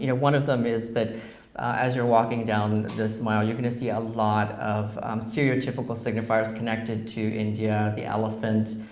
you know one of them is that as you're walking down this mile, you're gonna see a lot of stereotypical signifiers connected to india the elephant,